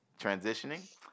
transitioning